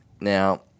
Now